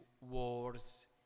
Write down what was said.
wars